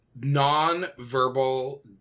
non-verbal